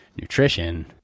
nutrition